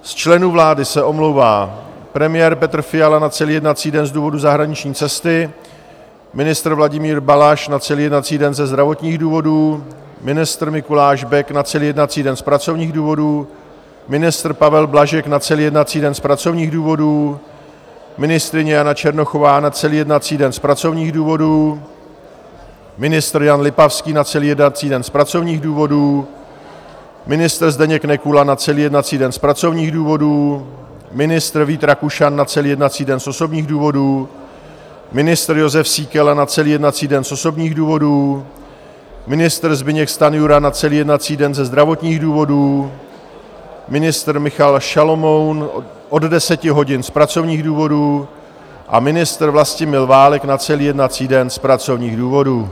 Z členů vlády se omlouvá: premiér Petr Fiala na celý jednací den z důvodu zahraniční cesty, ministr Vladimír Balaš na celý jednací den ze zdravotních důvodů, ministr Mikuláš Bek na celý jednací den z pracovních důvodů, ministr Pavel Blažek na celý jednací den z pracovních důvodů, ministryně Jana Černochová na celý jednací den z pracovních důvodů, ministr Jan Lipavský na celý jednací den z pracovních důvodů, ministr Zdeněk Nekula na celý jednací den z pracovních důvodů, ministr Vít Rakušan na celý jednací den z osobních důvodů, ministr Jozef Síkela na celý jednací den z osobních důvodů, ministr Zbyněk Stanjura na celý jednací den ze zdravotních důvodů, ministr Michal Šalomoun od 10 hodin z pracovních důvodů a ministr Vlastimil Válek na celý jednací den z pracovních důvodů.